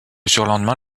surlendemain